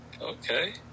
Okay